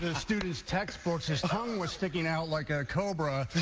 ah students' textbooks. his tongue was sticking out like a cobra.